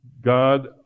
God